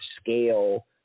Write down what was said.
scale